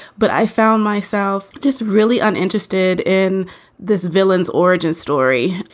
but i found myself just really uninterested in this villain's origin story.